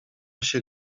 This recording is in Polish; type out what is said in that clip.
się